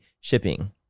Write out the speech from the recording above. shipping